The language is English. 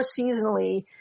seasonally –